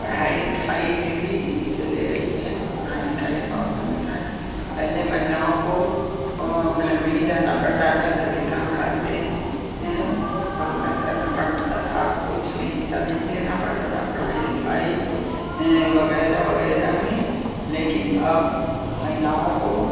पढ़ाई लिखाई में भी हिस्से ले रही हैं पढ़ाई लिखाई का अवसर मिलता है पहले महिलाओं को घर में ही रहना पड़ता था घर के कामकाज में कामकाज करना पड़ता था अब कुछ में हिस्सा नहीं लेना पड़ता था पढ़ाई लिखाई वगैरह वगैरह में लेकिन अब महिलाओं को